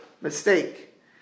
mistake